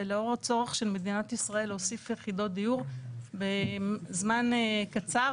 ולאור הצורך של מדינת ישראל להוסיף יחידות דיור בזמן קצר